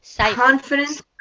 confident